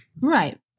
Right